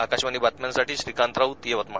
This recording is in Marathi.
आकाशवाणी बातम्यांसाठी श्रीकांत राऊत यवतमाळ